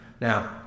Now